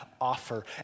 offer